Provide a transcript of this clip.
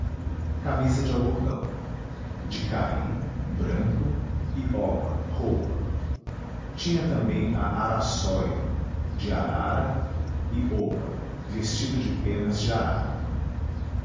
camisa de algodão de cary branco e oba roupa tinha também a araçóia de arara e oba vestido de penas de arara